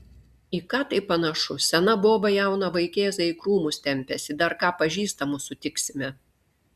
į ką tai panašu sena boba jauną vaikėzą į krūmus tempiasi dar ką pažįstamų sutiksime